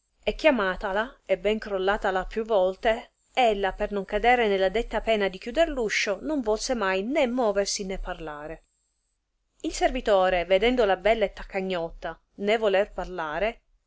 e chiamatala e ben crollatala più volte ella per non cadere nella detta pena di chiuder l uscio non volse mai né moversi né parlare il servitore vedendola bella e taccagnotta né voler parlare